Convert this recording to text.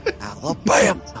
Alabama